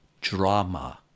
drama